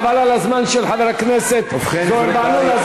חבל על הזמן של חבר הכנסת זוהיר בהלול.